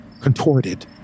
contorted